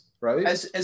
right